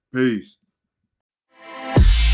Peace